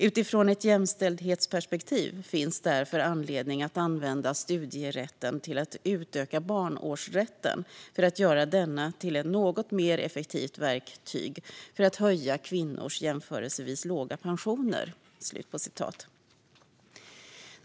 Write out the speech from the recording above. Utifrån ett jämställdhetsperspektiv finns därför anledning att använda studierätten till att utöka barnårsrätten för att göra denna till ett något mer effektivt verktyg för att höja kvinnors jämförelsevis låga pensioner."